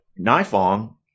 Nifong